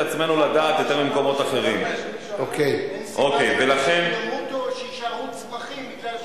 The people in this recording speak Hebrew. עם עומסי התנועה בערים הגדולות ועם מצוקת החנייה